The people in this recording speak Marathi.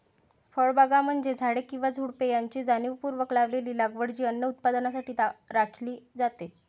फळबागा म्हणजे झाडे किंवा झुडुपे यांची जाणीवपूर्वक लावलेली लागवड जी अन्न उत्पादनासाठी राखली जाते